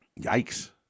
Yikes